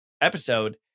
episode